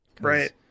right